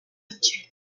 actuelle